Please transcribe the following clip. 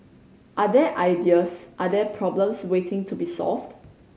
are there ideas are there problems waiting to be solved